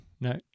no